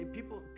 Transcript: People